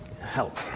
help